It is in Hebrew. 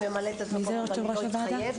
אני ממלאת את מקומו ואני לא אתחייב,